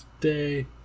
today